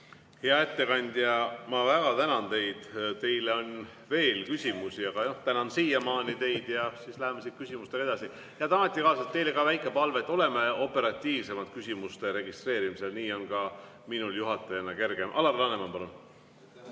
Hea ettekandja, ma väga tänan teid. Teile on veel küsimusi. Aga jah, tänan teid siiamaani kõneldu eest ja lähme siit küsimustega edasi. Head ametikaaslased, teile ka väike palve: oleme operatiivsemad küsimuste registreerimisel, nii on ka minul juhatajana kergem. Alar Laneman,